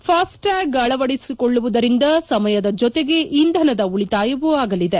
FASTag ಅಳವಡಿಸಿಕೊಳ್ಳುವುದರಿಂದ ಸಮಯದ ಜೊತೆಗೆ ಇಂಧನದ ಉಳಿತಾಯವೂ ಆಗಲಿದೆ